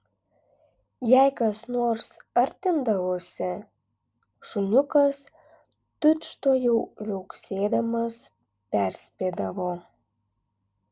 jei kas nors artindavosi šuniukas tučtuojau viauksėdamas perspėdavo